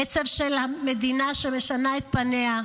עצב של המדינה שמשנה את פניה,